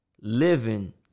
living